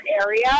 area